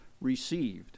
received